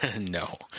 no